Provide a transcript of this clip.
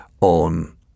on